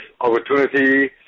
opportunity